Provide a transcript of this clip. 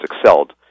excelled